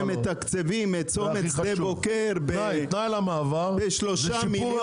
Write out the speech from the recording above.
אז אתם מתקצבים את צומת שדה בוקר ב-3 מיליון?